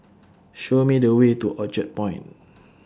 Show Me The Way to Orchard Point